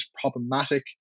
problematic